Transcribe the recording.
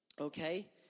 okay